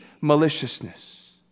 maliciousness